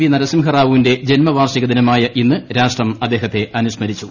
V നരസിംഹറാവുവിന്റെ ജന്മവാർഷിക ദിനമായ ഇന്ന് രാഷ്ട്രം അദ്ദേഹത്തെ അനുസ്മരിച്ചു